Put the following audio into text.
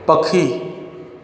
पखी